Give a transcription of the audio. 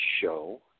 show